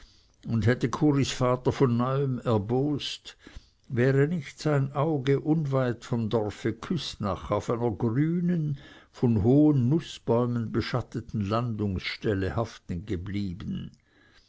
und hätte kuris vater von neuem erbost wäre nicht sein auge unweit vom dorfe küßnach auf einer grünen von hohen nußbäumen beschatteten landungsstelle haftengeblieben